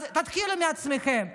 אז תתחילו מעצמכם.